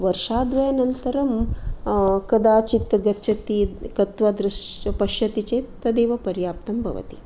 वर्षाद्वयनन्तरं कदाचित् गच्छति गत्वा पश्यति चेत् तदेव पर्याप्तं भवति